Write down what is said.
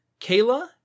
Kayla